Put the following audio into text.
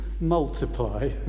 multiply